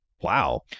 Wow